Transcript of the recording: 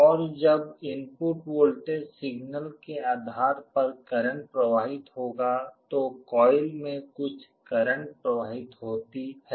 और जब input voltage signal के आधार पर करंट प्रवाहित होगा तो कॉइल में कुछ करंट प्रवाहित होता है